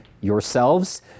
yourselves